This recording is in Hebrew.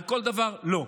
על כל דבר לא.